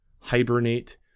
hibernate